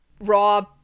raw